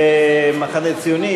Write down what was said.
המחנה הציוני,